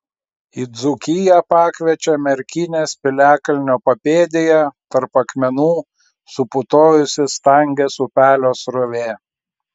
į dzūkiją pakviečia merkinės piliakalnio papėdėje tarp akmenų suputojusi stangės upelio srovė